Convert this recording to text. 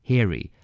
Harry，